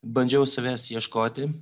bandžiau savęs ieškoti